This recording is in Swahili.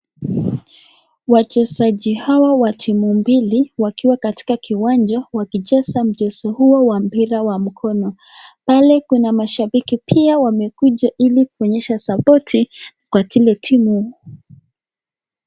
Wachezaji hawa wa timu mbili wakiwa katika kiwanja wakicheza mchezo huo wa mpira wa mkono. Pale kuna mashabiki pia wamekuja ili kuonyesha support kwa ile timu.